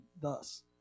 thus